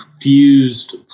fused